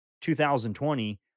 2020